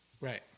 right